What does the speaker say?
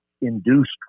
induced